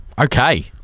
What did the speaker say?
Okay